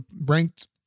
ranked